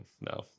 no